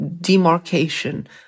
demarcation